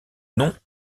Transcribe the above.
nom